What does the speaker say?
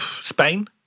Spain